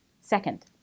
Second